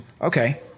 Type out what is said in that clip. okay